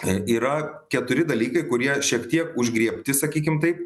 yra keturi dalykai kurie šiek tiek užgriebti sakykim taip